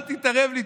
אל תתערב לי.